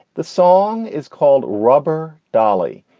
the song is called rubber dolly.